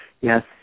Yes